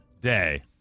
Day